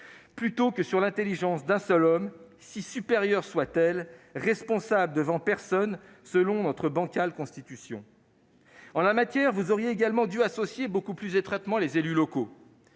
plutôt que sur l'intelligence d'un seul homme- aussi supérieure soit-elle -, qui n'est responsable devant personne, selon notre bancale Constitution. En la matière, vous auriez également dû associer beaucoup plus étroitement les élus locaux.